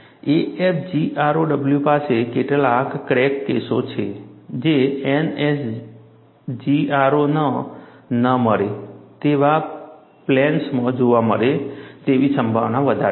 AFGROW પાસે કેટલાક crack કેસો છે જે NASGRO માં ન મળે તેવા પ્લેન્સમાં જોવા મળે તેવી સંભાવના વધારે છે